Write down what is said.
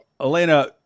Elena